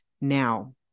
Now